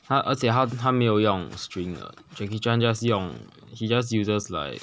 他而且他他没有用 string 的 jackie chan just 用 he just uses like